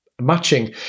matching